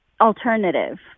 alternative